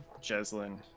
Jeslin